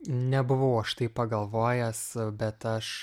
nebuvau aš taip pagalvojęs bet aš